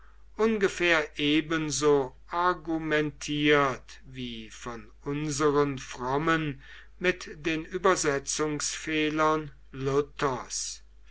ungefähr ebenso argumentiert wie von unseren frommen mit den übersetzungsfehlern luthers